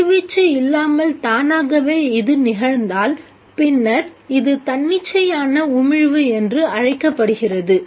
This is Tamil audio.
கதிர்வீச்சு இல்லாமல் தானாகவே இது நிகழ்ந்தால் பின்னர் இது தன்னிச்சையான உமிழ்வு என்று அழைக்கப்படுகிறது